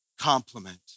complement